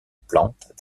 plantes